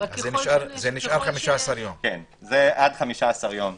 זה עד 15 יום.